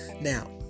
Now